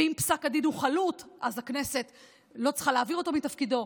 ואם פסק הדין הוא חלוט אז הכנסת לא צריכה להעביר אותו מתפקידו,